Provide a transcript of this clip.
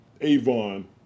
Avon